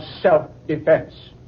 self-defense